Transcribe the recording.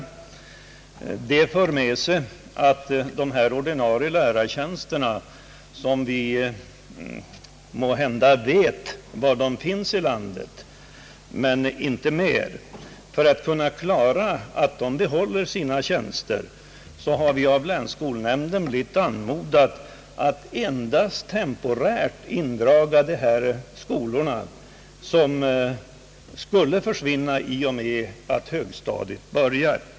För att möjliggöra att de ordinarie lärarna — vi vet måhända var de finns i landet men inte mer — skall få behålla sina tjänster har länsskolnämnden anmodat oss att endast temporärt indraga de skolor som skall försvinna i och med att högstadiet startar.